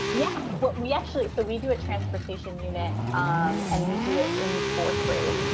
yeah. we actually so we do a transportation unit um and we do it in fourth grade.